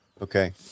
okay